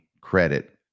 credit